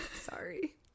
sorry